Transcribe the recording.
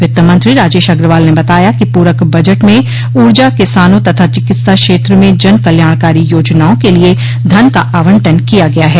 वित्त मंत्री राजेश अग्रवाल ने बताया कि पूरक बजट में ऊर्जा किसानों तथा चिकित्सा क्षेत्र में जन कल्याणकारी योजनाओं के लिये धन का आवंटन किया गया है